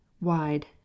wide